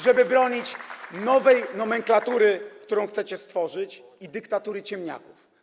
Żeby bronić nowej nomenklatury, którą chcecie stworzyć, i dyktatury ciemniaków.